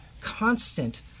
constant